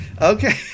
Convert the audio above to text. Okay